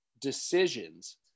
decisions